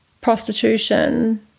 prostitution